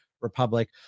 Republic